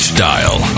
Style